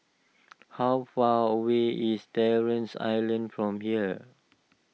how far away is Terren Island from here